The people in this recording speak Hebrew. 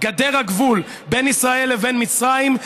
גדר הגבול בין ישראל לבין מצרים,